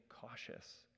cautious